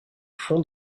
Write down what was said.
fond